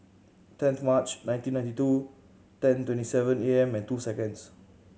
tenth March nineteen ninety two ten twenty seven A M and two seconds